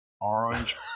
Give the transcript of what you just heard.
orange